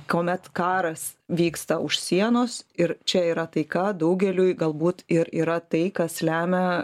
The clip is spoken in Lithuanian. kuomet karas vyksta už sienos ir čia yra taika daugeliui galbūt ir yra tai kas lemia